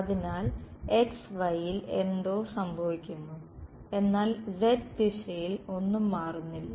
അതിനാൽ xy യിൽ എന്തോ സംഭവിക്കുന്നു എന്നാൽ z ദിശയിൽ ഒന്നും മാറുന്നില്ല